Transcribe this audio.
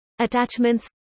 attachments